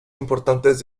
importantes